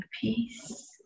peace